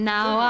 Now